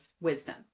wisdom